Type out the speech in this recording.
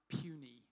puny